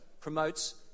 promotes